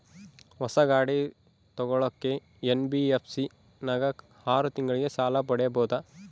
ಹೊಸ ಗಾಡಿ ತೋಗೊಳಕ್ಕೆ ಎನ್.ಬಿ.ಎಫ್.ಸಿ ನಾಗ ಆರು ತಿಂಗಳಿಗೆ ಸಾಲ ಪಡೇಬೋದ?